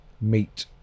meet